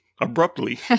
abruptly